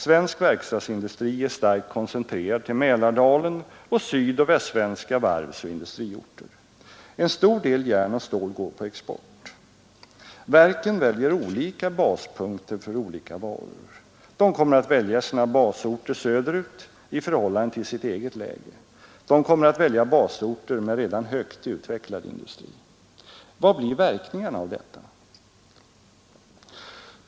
Svensk verkstadsindustri är starkt koncentrerad till Mälardalen och sydoch västsvenska varvsoch industriorter. En stor del järn och stål går på export. Verken väljer olika baspunkter för olika varor. De kommer att välja sina basorter söderut i förhållande till sitt eget läge. De kommer att välja basorter med redan högt utvecklad industri. Vad blir verkningarna av detta?